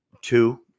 Two